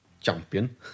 champion